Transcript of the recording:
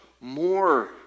more